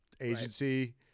agency